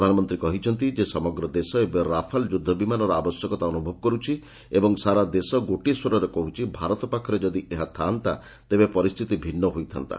ପ୍ରଧାନମନ୍ତ୍ରୀ କହିଛନ୍ତି ଯେ ସମଗ୍ର ଦେଶ ଏବେ ରାଫାଲ ଯୁଦ୍ଧ ବିମାନର ଆବଶ୍ୟକତା ଅନୁଭବ କରୁଛି ଏବଂ ସାରା ଦେଶ ଗୋଟିଏ ସ୍ୱରରେ କହୁଛି ଭାରତ ପାଖରେ ଯଦି ଏହା ଥାଆନ୍ତା ତେବେ ପରିସ୍ଥିତି ଭିନୁ ହୋଇଥାନ୍ତା